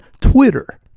Twitter